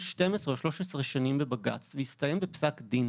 12 או 13 שנים בבג"ץ והסתיים בפסק דין